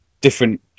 different